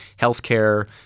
healthcare